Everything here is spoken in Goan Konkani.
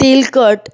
तेलकट